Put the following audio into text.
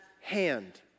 hand